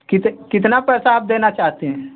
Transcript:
कितना पैसा आप देना चाहते हैं